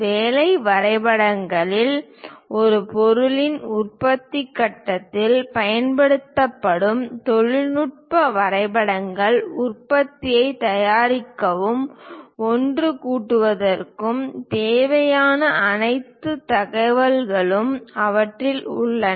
வேலை வரைபடங்களில் ஒரு பொருளின் உற்பத்தி கட்டத்தில் பயன்படுத்தப்படும் தொழில்நுட்ப வரைபடங்கள் உற்பத்தியைத் தயாரிக்கவும் ஒன்றுகூடுவதற்குத் தேவையான அனைத்து தகவல்களும் அவற்றில் உள்ளன